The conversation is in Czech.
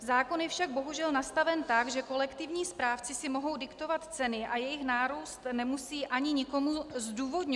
Zákon je však bohužel nastaven tak, že kolektivní správci si mohou diktovat ceny a jejich nárůst nemusí ani nikomu zdůvodňovat.